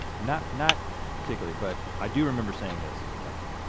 not not particularly. but i do remember saying this at the time.